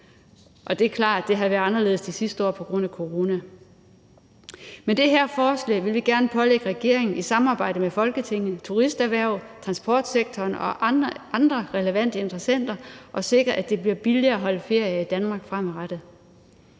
Og det er klart, det har været anderledes det sidste år på grund af corona. Med det her forslag vil vi gerne pålægge regeringen i samarbejde med Folketinget, turisterhvervet, transportsektoren og andre relevante interessenter at sikre, at det bliver billigere at holde ferie i Danmark fremadrettet.